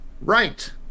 right